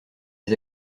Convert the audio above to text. les